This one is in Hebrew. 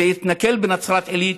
זה יתנקם בנצרת עילית,